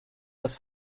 das